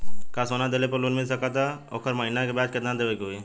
का सोना देले पे लोन मिल सकेला त ओकर महीना के ब्याज कितनादेवे के होई?